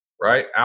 Right